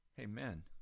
Amen